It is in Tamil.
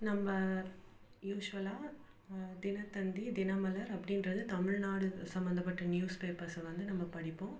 நம்ம யூஷ்வலா தினத்தந்தி தினமலர் அப்படின்றது தமிழ்நாடு சம்மந்தப்பட்ட நியூஸ் பேப்பர்ஸை வந்து நம்ம படிப்போம்